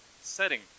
setting